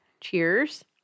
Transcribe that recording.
Cheers